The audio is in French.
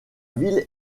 ville